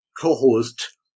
co-host